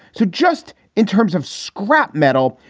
so just in terms of scrap metal,